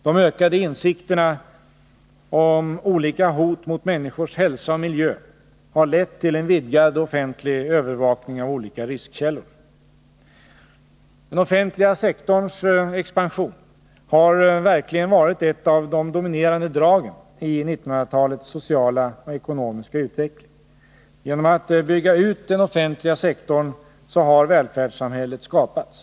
De ökade insikterna om olika hot mot människors hälsa och miljö har lett till en vidgad offentlig övervakning av olika riskkällor. Den offentliga sektorns expansion har verkligen varit ett av de dominerande dragen i 1900-talets sociala och ekonomiska utveckling. Genom en utbyggnad av den offentliga sektorn har välfärdssamhället skapats.